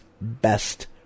best